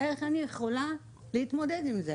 איך אני יכולה להתמודד עם זה?